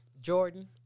Jordan